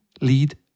lead